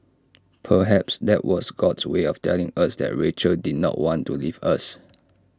perhaps that was God's way of telling us that Rachel did not want to leave us